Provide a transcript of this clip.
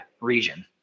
region